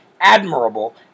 admirable